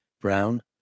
brown